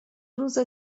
روز